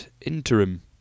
interim